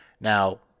Now